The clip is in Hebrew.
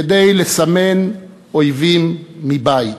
כדי לסמן אויבים מבית.